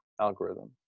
algorithm